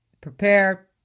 prepare